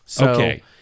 Okay